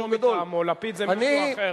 לפיד זה לא מטעמו, לפיד זה משהו אחר.